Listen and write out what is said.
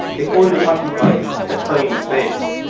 it only occupies a tiny space.